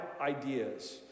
ideas